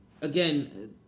again